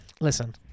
listen